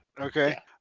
Okay